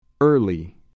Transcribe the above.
Early